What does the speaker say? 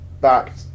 back